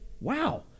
wow